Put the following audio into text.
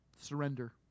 Surrender